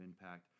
impact